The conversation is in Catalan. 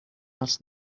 els